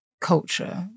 culture